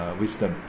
wisdom